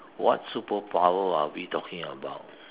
what superpower are we talking about